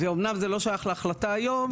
אומנם זה לא שייך להחלטה היום,